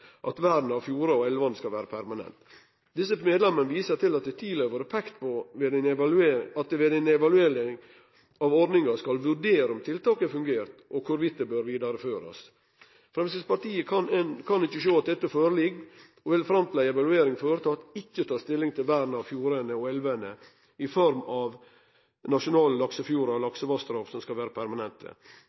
at vern av fjordane og elvene skal vere permanent. Desse medlemmer viser til at det tidlegare har vore peikt på at det ved evalueringa av ordninga skal vurderast om tiltaket har fungert, og om det bør vidareførast. Framstegspartiet kan ikkje sjå at dette ligg føre, og vil – fram til ei evaluering er gjort – ikkje ta stilling til om vernet av fjordane og elvene i form av nasjonale laksefjordar og laksevassdrag skal vere